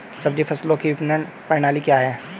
सब्जी फसलों की विपणन प्रणाली क्या है?